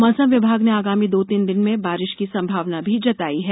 मौसम विभाग ने आगामी दो तीन दिन में बारिश की संभावना भी जताई है